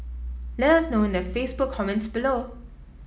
let us know in the Facebook comments below